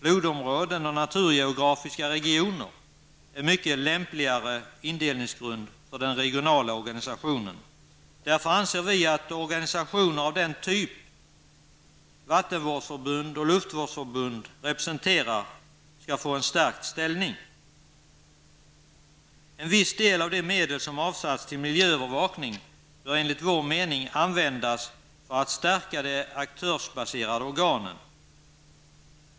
Flodområden och naturgeografiska regioner är mycket lämpligare indelningsgrunder för den regionala organisationen. Därför anser vi att organisationer av den typ som vattenvårdsförbund och luftvårdsförbund representerar skall få en stärkt ställning. En viss del av de medel som avsatts till miljöövervakning bör enligt vår mening användas för att stärka de aktörsbaserade organen.